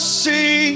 see